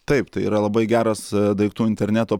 taip tai yra labai geras daiktų interneto